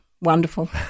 wonderful